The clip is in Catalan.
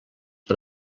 per